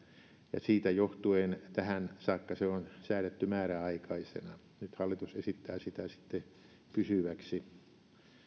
ja siitä johtuen tähän saakka se on säädetty määräaikaisena nyt hallitus esittää sitä sitten pysyväksi